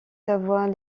savoie